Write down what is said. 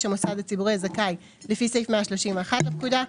המוסד הציבורי הזכאי לפי סעיף 131 לפקודה,